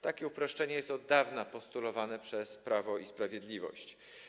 Takie uproszczenie jest od dawna postulowane przez Prawo i Sprawiedliwość.